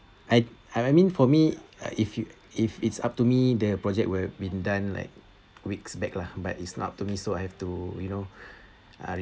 I I mean for me ah if you if it's up to me the project would have been done like weeks back lah but it's not up to me so I have to you know uh